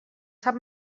sap